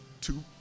two